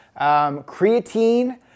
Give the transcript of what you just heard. Creatine